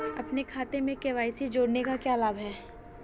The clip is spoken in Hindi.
अपने खाते में के.वाई.सी जोड़ने का क्या लाभ है?